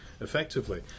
effectively